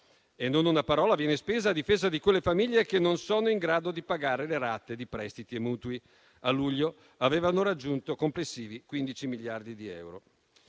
Non una parola viene spesa a difesa di quelle famiglie che non sono in grado di pagare le rate di prestiti e mutui; a luglio avevano raggiunto complessivi 15 miliardi di euro.